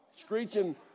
screeching